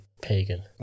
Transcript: pagan